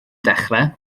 dechrau